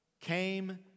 came